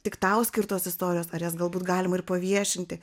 tik tau skirtos istorijos ar jas galbūt galima ir paviešinti